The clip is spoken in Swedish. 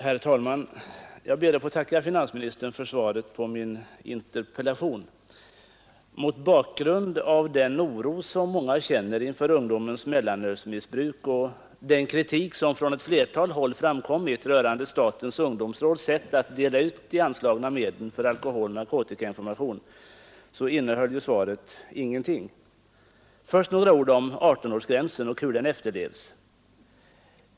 Herr talman! Jag ber att få tacka finansministern för svaret på min interpellation. Mot bakgrund av den oro som många känner inför ungdomens mellanölsmissbruk och den kritik som från ett flertal håll framkommit rörande statens ungdomsråds sätt att dela ut de anslagna medlen för alkoholoch narkotikainformation innehöll svaret tyvärr inte mycket. Först några ord om 18-årsgränsen och om hur den efterlevs.